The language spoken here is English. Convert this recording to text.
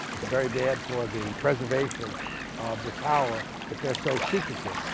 it's very bad for the preservation of the tower that they're so secretive.